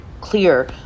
clear